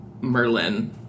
Merlin